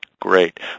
Great